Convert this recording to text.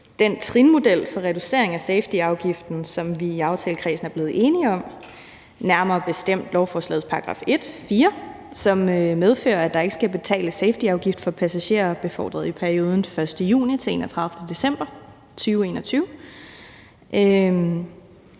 den trinmodel for reducering af safetyafgiften, som vi i aftalekredsen er blevet enige om, nærmere bestemt lovforslagets § 1, nr. 4, som medfører, at der ikke skal betales safetyafgift for passagerer befordret i perioden den 1. juni 2021 til den 31. december 2021.